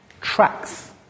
tracks